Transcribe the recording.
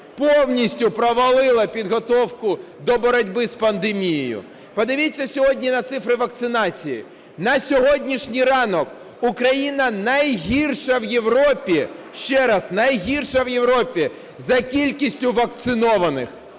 повністю провалила підготовку до боротьби з пандемією. Подивіться сьогодні на цифри вакцинації: на сьогоднішній ранок Україна найгірша в Європі, ще раз, найгірша в Європі за кількістю вакцинованих